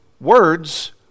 words